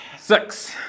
Six